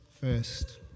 first